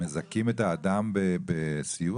מזכים את האדם בסיוע?